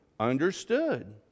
understood